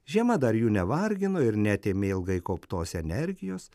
žiema dar jų nevargino ir neatėmė ilgai kauptos energijos